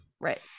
right